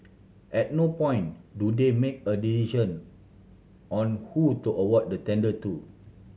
at no point do they make a decision on who to award the tender to